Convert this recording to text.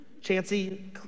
Chancy